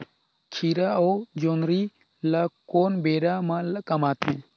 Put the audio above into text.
खीरा अउ जोंदरी ल कोन बेरा म कमाथे?